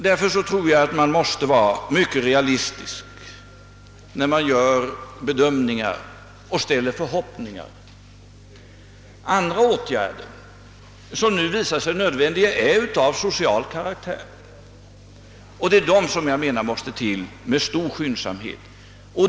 Därför tror jag att man måste vara mycket realistisk när man gör bedömningar och hyser förhoppningar. Andra åtgärder som nu visar sig nödvändiga är av social karaktär, och det är de som enligt min mening måste sättas in med stor skyndsamhet.